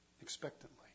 expectantly